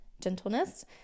gentleness